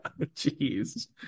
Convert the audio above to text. jeez